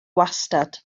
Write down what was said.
wastad